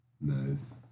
nice